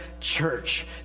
church